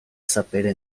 sapere